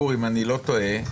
אם אני לא טועה,